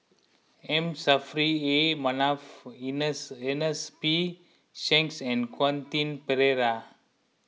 M Saffri A Manaf Ernest ernest P Shanks and Quentin Pereira